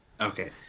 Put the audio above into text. Okay